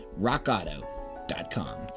rockauto.com